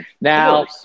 Now